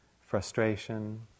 frustration